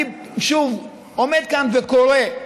אני עומד כאן ושוב קורא: